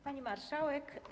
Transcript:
Pani Marszałek!